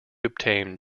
obtain